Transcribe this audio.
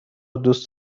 دوست